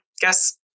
guess